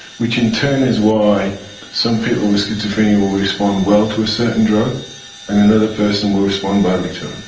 which in turn is why some people with schizophrenia will respond well to a certain drug and another person will respond badly to it.